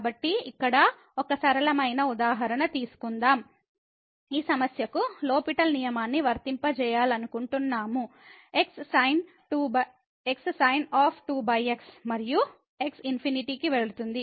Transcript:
కాబట్టి ఇక్కడ ఒక సరళమైన ఉదాహరణ తీసుకుందాం ఈ సమస్యకు లో పిటెల్ L'Hospital నియమాన్ని వర్తింపజేయాలనుకుంటున్నాము x sin మరియు x ∞ కి వెళుతుంది